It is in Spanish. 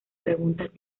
preguntas